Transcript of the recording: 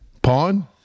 Pawn